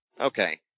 Okay